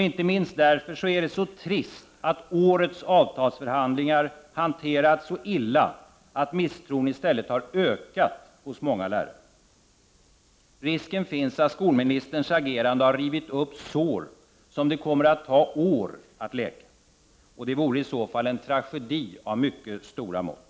Inte minst därför är det så trist att årets avtalsförhandlingar hanterats så illa att misstron i stället har ökat hos många lärare. Risken frans att skolministerns agerande har rivit upp sår som det kommer att ta år uv läka. Det vore i så fall en tragedi av mycket stora mått.